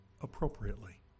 appropriately